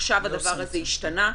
עכשיו הדבר הזה השתנה.